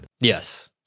Yes